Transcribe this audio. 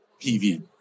PV